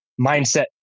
mindset